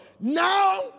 Now